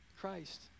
Christ